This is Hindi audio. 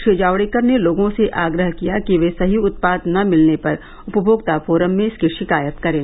श्री जावडेकर ने लोगों से आग्रह किया कि वे सही उत्पाद न मिलने पर उपभोक्ता फोरम में इसकी शिकायत करें